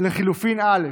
לחלופין לא התקבל.